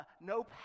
No